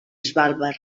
svalbard